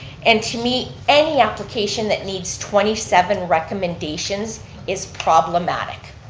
and to meet any application that needs twenty seven recommendations is problematic